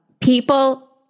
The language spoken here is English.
People